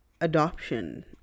adoption